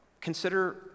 Consider